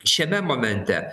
šiame momente